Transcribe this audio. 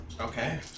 Okay